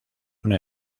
una